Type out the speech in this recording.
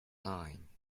nine